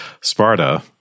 Sparta